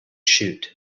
shoot